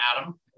Adam